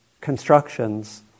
constructions